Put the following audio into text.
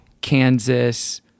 Kansas